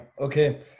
Okay